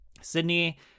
sydney